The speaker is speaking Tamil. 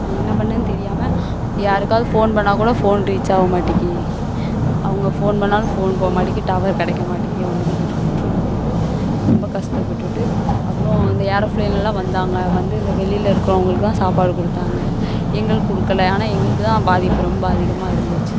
என்ன பண்ணிணேன் தெரியாமல் யாருக்காவது ஃபோன் பண்ணால்க்கூட ஃபோன் ரீச் ஆக மாட்டிக்கு அவங்க ஃபோன் பண்ணிணாலும் ஃபோன் போக மாட்டிக்கு டவர் கிடைக்க மாட்டிக்கு ஒன்றுமே கிடைக்க மாட்டிக்குனு சொல்லிவிட்டு ரொம்ப கஷ்டப்பட்டுட்டு அப்புறம் இந்த ஏரோஃப்ளேன்லெல்லாம் வந்தாங்க வந்து இந்த வெளியில் இருக்கிறவங்களுக்கெல்லாம் சாப்பாடு கொடுத்தாங்க எங்களுக்கு கொடுக்கல ஆனால் எங்களுக்கு தான் பாதிப்பு ரொம்ப அதிகமாக இருந்துச்சு